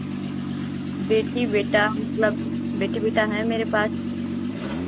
बेटी बेटा मतलब बेटी बेटा हैं मेरे पास